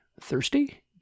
Thirsty